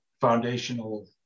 foundational